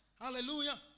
Hallelujah